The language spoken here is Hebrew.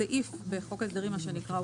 הסעיף בחוק ההסדרים מה שנקרא,